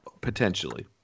potentially